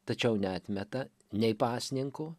tačiau neatmeta nei pasninko